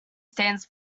stands